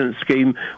Scheme